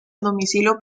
domicilio